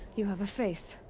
you have a face.